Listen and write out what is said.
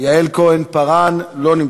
יעל כהן-פארן, לא נמצאת.